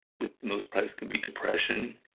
with most price can be depression,